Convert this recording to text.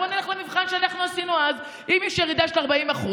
בוא נלך למבחן שעשינו אז: אם יש ירידה של 40%,